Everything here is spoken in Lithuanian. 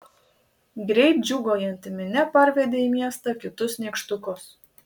greit džiūgaujanti minia parvedė į miestą kitus nykštukus